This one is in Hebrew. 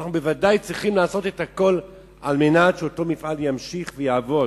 אנחנו ודאי צריכים לעשות את הכול כדי שהוא ימשיך לעבוד,